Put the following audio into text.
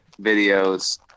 videos